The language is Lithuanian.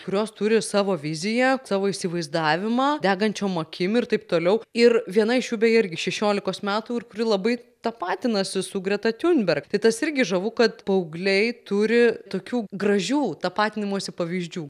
kurios turi savo viziją savo įsivaizdavimą degančiom akim ir taip toliau ir viena iš jų beje irgi šešiolikos metų ir kuri labai tapatinasi su greta tiunberg tai tas irgi žavu kad paaugliai turi tokių gražių tapatinimosi pavyzdžių